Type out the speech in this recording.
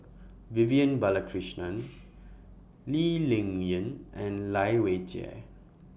Vivian Balakrishnan Lee Ling Yen and Lai Weijie